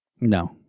No